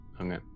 Okay